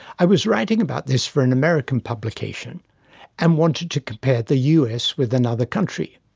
i was writing about this for an american publication and wanted to compare the us with another country.